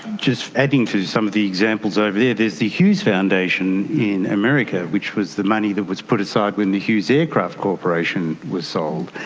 just adding to some of the examples over there, there's the hughes foundation in america which was the money that was put aside when the hughes aircraft corporation was sold.